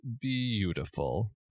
beautiful